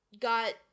got